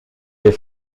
les